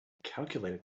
calculator